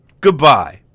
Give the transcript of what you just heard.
goodbye